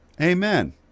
Amen